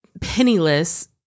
penniless